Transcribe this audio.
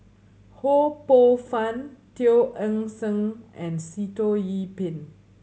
Ho Poh Fun Teo Eng Seng and Sitoh Yih Pin